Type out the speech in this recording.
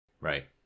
Right